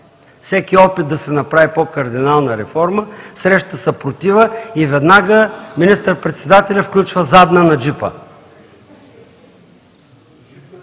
Всеки опит да се направи по-кардинална реформа среща съпротива и веднага министър-председателят включва задна на джипа.